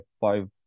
five